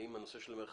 האם זה בתקן,